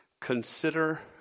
Consider